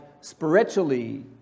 spiritually